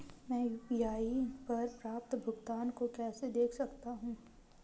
मैं यू.पी.आई पर प्राप्त भुगतान को कैसे देख सकता हूं?